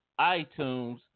iTunes